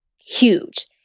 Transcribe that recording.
huge